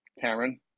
Cameron